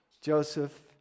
Joseph